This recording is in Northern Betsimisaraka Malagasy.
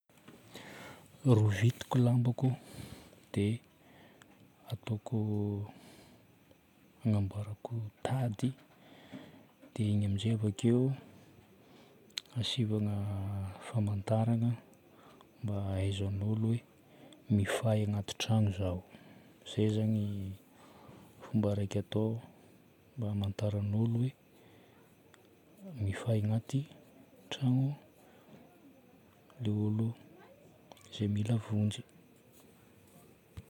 Rovitiko lambako dia ataoko, agnamboarako tady. Dia igny amin'izay abakeo asivana famantarana mba hahaizan'olo hoe mifahy agnaty tragno zaho. Izay zagny fomba raika atao mba hamantaran'olo hoe mifahy agnaty tragno ilay olo izay mila vonjy.